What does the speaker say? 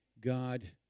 God